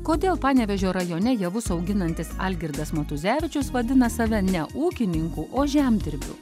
kodėl panevėžio rajone javus auginantis algirdas matuzevičius vadina save ne ūkininku o žemdirbiu